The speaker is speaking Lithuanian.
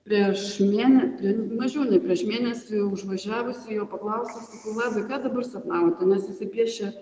prieš mėne mažiau nei prieš mėnesį užvažiavusi jo paklausiau sakau vladai ką dabar sapnavote nes jisai piešia